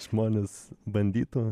žmonės bandytų